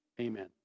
Amen